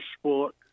sport